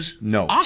No